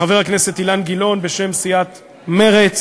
חבר הכנסת אילן גילאון בשם סיעת מרצ.